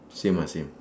same ah same